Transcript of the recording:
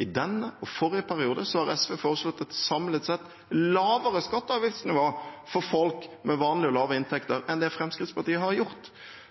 i denne og i forrige periode har SV foreslått et samlet sett lavere skatte- og avgiftsnivå for folk med vanlige og lave inntekter enn det Fremskrittspartiet har gjort.